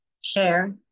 Share